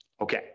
Okay